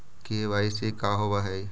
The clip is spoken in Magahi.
के.सी.सी का होव हइ?